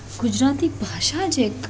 ગુજરાતી ભાષા જ એક